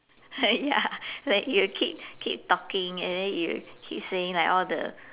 uh ya like it will keep keep talking and then it will keep saying like all the